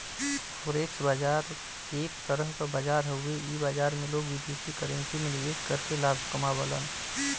forex बाजार एक तरह क बाजार हउवे इ बाजार में लोग विदेशी करेंसी में निवेश करके लाभ कमावलन